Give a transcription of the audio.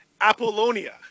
Apollonia